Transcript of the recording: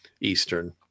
Eastern